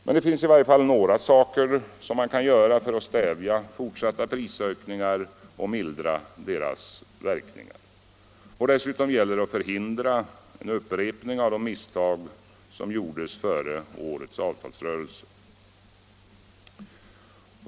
Men det finns i varje fall några saker som man kan göra för att stävja fortsatta prisökningar och mildra deras verkningar: Dessutom gäller det att förhindra en upprepning av de misstag som gjordes före årets avtalsrörelse.